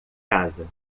casa